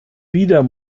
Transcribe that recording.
wieder